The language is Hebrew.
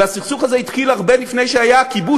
והסכסוך הזה התחיל הרבה לפני שהיה הכיבוש